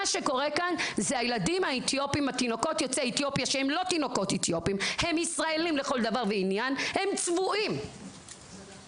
הילדים האתיופים שהם ישראלים לכל דבר ועניין צבועים